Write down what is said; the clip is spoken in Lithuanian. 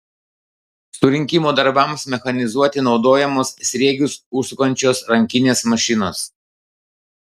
surinkimo darbams mechanizuoti naudojamos sriegius užsukančios rankinės mašinos